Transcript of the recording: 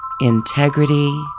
integrity